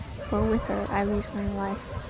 for with her i lose my life.